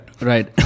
Right